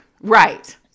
right